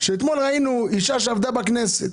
ראינו אישה שעבדה בכנסת,